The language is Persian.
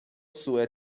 سوء